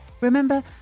Remember